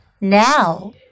now